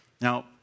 Now